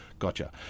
Gotcha